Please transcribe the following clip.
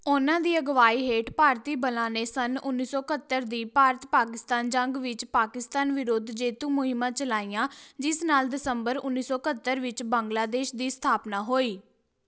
ਉਹਨਾਂ ਦੀ ਅਗਵਾਈ ਹੇਠ ਭਾਰਤੀ ਬਲਾਂ ਨੇ ਸੰਨ ਉੱਨੀ ਸੌ ਇਕਹੱਤਰ ਦੀ ਭਾਰਤ ਪਾਕਿਸਤਾਨ ਜੰਗ ਵਿੱਚ ਪਾਕਿਸਤਾਨ ਵਿਰੁੱਧ ਜੇਤੂ ਮੁਹਿੰਮਾਂ ਚਲਾਈਆਂ ਜਿਸ ਨਾਲ ਦਸੰਬਰ ਉੱਨੀ ਸੌ ਇਕਹੱਤਰ ਵਿੱਚ ਬੰਗਲਾਦੇਸ਼ ਦੀ ਸਥਾਪਨਾ ਹੋਈ